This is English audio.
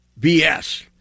BS